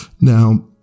Now